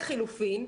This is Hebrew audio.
לחילופין,